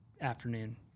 afternoon